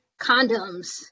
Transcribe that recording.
condoms